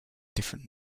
different